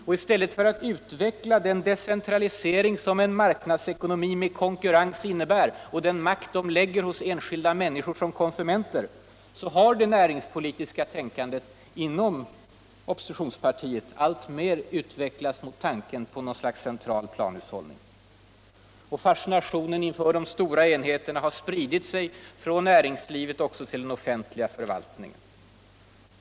Och i stället för att utveckla den decentralisering som en marknadscekonomi med konkurrens innebär och den makt den lägger hos enskilda människor som konsumenter, har det näringspolitiska tänkandet inom socialdemokratin alltmer utveeklats mot tanken på nägot slags central planhushållning. Och fascinationen inför de stora enheterna har spritt sig från närmeslivet också till den offentliga förvaltningen.